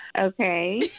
Okay